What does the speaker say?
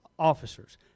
Officers